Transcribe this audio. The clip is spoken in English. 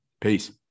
Peace